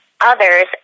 Others